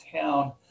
town